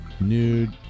nude